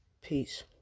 Peace